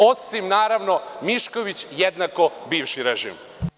Osim naravno Mišković jednako bivši režim.